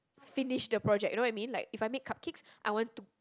finish the project you know what I mean like if I make cupcakes I want to